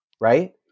right